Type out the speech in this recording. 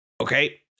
Okay